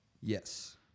Yes